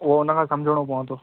उहो हुन खां समुझणो पवंदो